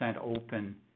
open